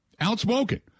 Outspoken